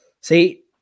See